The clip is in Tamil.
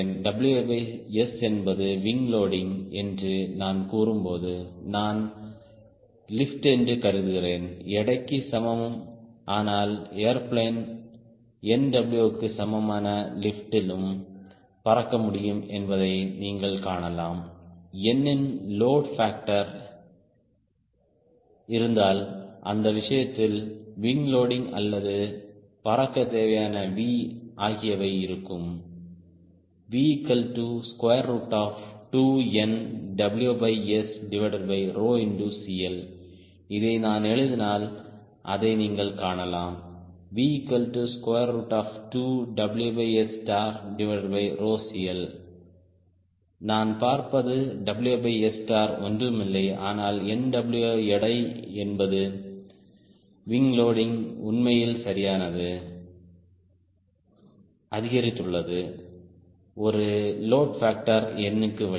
WS என்பது விங் லோடிங் என்று நான் கூறும்போது நான் லிப்ட் என்று கருதுகிறேன் எடைக்கு சமம் ஆனால் ஏர்பிளேன் nW க்கு சமமான லிப்டிலும் பறக்க முடியும் என்பதை நீங்கள் காணலாம் n இன் லோடு பாக்டோர் இருந்தால் அந்த விஷயத்தில் விங் லோடிங் அல்லது பறக்க தேவையான Vஆகியவை இருக்கும் V2nWSCL இதை நான் எழுதினால் அதை நீங்கள் காணலாம் V2CL நான் பார்ப்பது ஒன்றுமில்லை ஆனால் nW எடை என்பது விங் லோடிங் உண்மையில் சரியானது அதிகரித்துள்ளது ஒரு லோடு பாக்டோர் n க்கு வழி